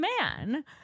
man